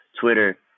Twitter